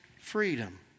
freedom